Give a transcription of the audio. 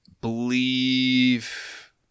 believe